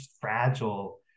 fragile